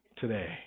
today